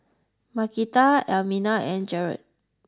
Markita Elmina and Jarod